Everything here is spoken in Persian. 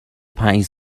پنج